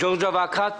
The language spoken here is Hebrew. ג'ורג' אוקרט,